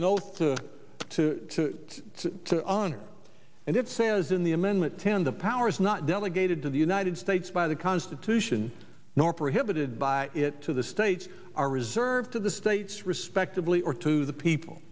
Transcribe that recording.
oath to to honor and it says in the amendment ten the powers not delegated to the united states by the constitution nor prohibited by it to the states are reserved to the states respectively or to the people